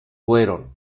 fueron